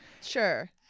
Sure